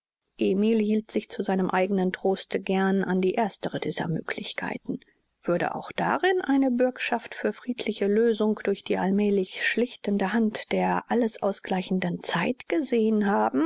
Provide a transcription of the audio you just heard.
emil hielt sich zu seinem eigenen troste gern an die erstere dieser möglichkeiten würde auch darin eine bürgschaft für friedliche lösung durch die allmählich schlichtende hand der alles ausgleichenden zeit gesehen haben